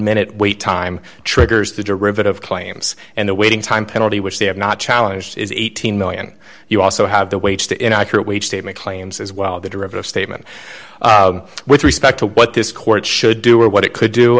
minute wait time triggers the derivative claims and the waiting time penalty which they have not challenged is eighteen million you also have the wage to inaccurate statement claims as well the derivative statement with respect to what this court should do or what it could do